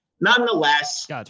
Nonetheless